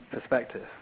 perspective